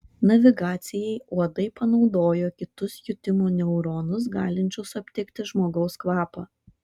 navigacijai uodai panaudojo kitus jutimo neuronus galinčius aptikti žmogaus kvapą